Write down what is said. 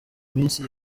misi